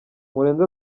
murenzi